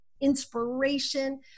inspiration